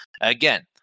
again